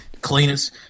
Cleanest